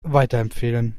weiterempfehlen